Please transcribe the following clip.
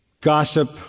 gossip